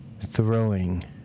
throwing